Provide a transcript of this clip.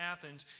Athens